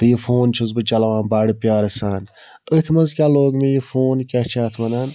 تہٕ یہِ فون چھُس بہٕ چَلاوان بَڈٕ پیارٕ سان أتھۍ منٛز کیٛاہ لوگ مےٚ یہِ فون کیٛاہ چھِ اتھ وَنان